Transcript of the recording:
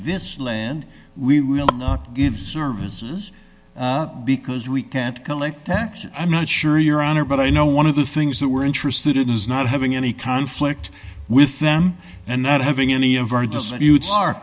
this land we in services because we can't collect i'm not sure your honor but i know one of the things that we're interested in is not having any conflict with them and not having any of our